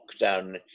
lockdown